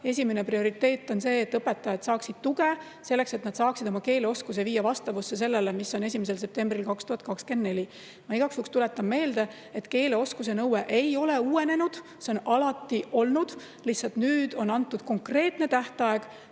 Esimene prioriteet on see, et õpetajad saaksid tuge selleks, et nad saaksid viia oma keeleoskuse vastavusse sellega, mis on 1. septembrist 2024 [nõutud]. Ma igaks juhuks tuletan meelde, et keeleoskuse nõue ei ole uuenenud, see on alati olnud. Nüüd on lihtsalt antud konkreetne tähtaeg,